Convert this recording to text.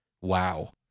wow